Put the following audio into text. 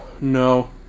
No